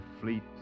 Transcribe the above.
fleet